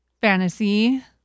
fantasy